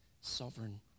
sovereign